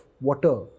water